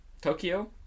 Tokyo